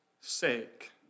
sake